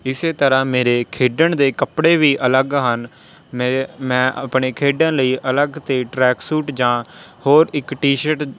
ਇਸੇ ਤਰ੍ਹਾਂ ਮੇਰੇ ਖੇਡਣ ਦੇ ਕੱਪੜੇ ਵੀ ਅਲੱਗ ਹਨ ਮੇਰੇ ਮੈਂ ਆਪਣੇ ਖੇਡਣ ਲਈ ਅਲੱਗ ਅਤੇ ਟਰੈਕਸੂਟ ਜਾਂ ਹੋਰ ਇੱਕ ਟੀਸ਼ਰਟ